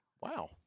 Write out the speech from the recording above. Wow